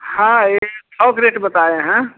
हाँ ये थोक रेट बताए हैं